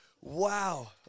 Wow